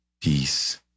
peace